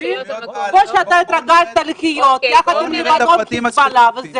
כמו שהתרגלת לחיות יחד עם לבנון וחיזבאללה.